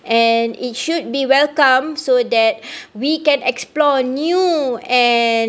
and it should be welcomed so that we can explore new and